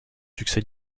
succès